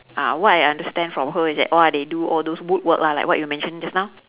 uh what I understand from her is that !wah! they do all those wood work lah like what you mentioned just now